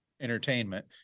entertainment